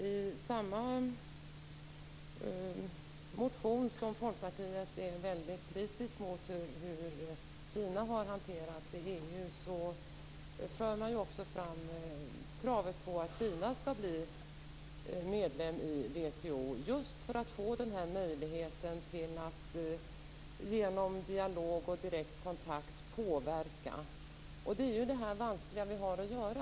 I den motion där Folkpartiet framför stark kritik mot hanteringen av Kina i EU för man också fram kravet på att Kina skall bli medlem i WTO, just för att få möjligheten att genom dialog och direkt kontakt påverka. Det är det vanskliga vi har att göra.